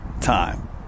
time